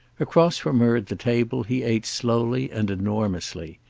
across from her at the table he ate slowly and enormously.